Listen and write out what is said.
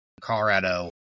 Colorado